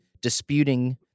disputing